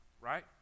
right